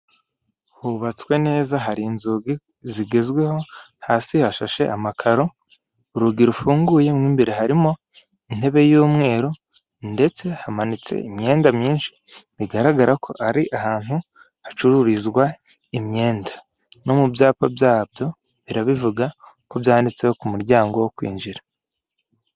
Hubatswe neza hari inzugi zigezweho, hasi hashashe amakaro urugi rufunguye mu imbere harimo intebe y'umweru ndetse hamanitse imyenda myinshi bigaragara ko ari ahantu hacururizwa imyenda no mu byapa byabyo birabivuga ko byanditseho ku muryango wo kwinjira.